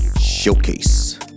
Showcase